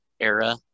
era